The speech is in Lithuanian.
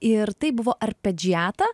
ir tai buvo arpedžiata